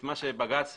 מה שבג"ץ ביקש,